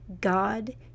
God